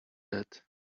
that